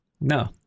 No